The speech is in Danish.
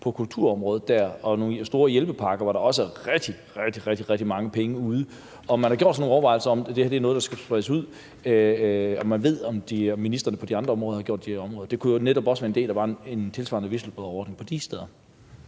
på kulturområdet og nogle store hjælpepakker der, hvor der også er rigtig, rigtig mange penge i spil. Har man gjort sig nogle overvejelser om, om det her er noget, der skal bredes ud? Ved man, om ministrene på de andre områder har gjort det her? Det kunne jo netop også være en idé, at der var en tilsvarende whistleblowerordning for de steder.